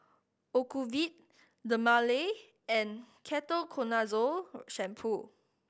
Ocuvite Dermale and Ketoconazole Shampoo